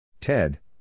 Ted